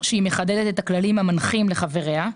זה נכון.